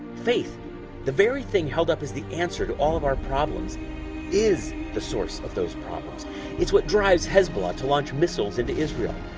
faith the very thing held up is the answer to all of our problems is the source of those problems it's what drives hezbollah to launch missiles into israel.